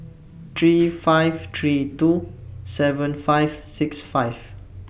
three five three two seven five six five